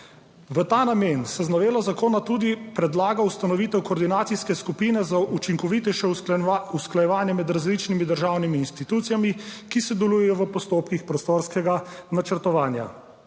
V ta namen se z novelo zakona tudi predlaga ustanovitev koordinacijske skupine za učinkovitejše usklajevanje med različnimi državnimi institucijami, ki sodelujejo v postopkih prostorskega načrtovanja.